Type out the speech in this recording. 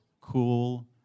cool